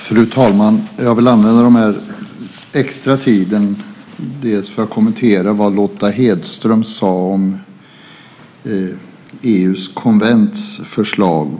Fru talman! Jag vill använda den här extra tiden främst för att kommentera vad Lotta Hedström sade om EU:s konvents förslag.